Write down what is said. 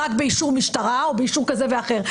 רק באישור משטרה או באישור כזה או אחר.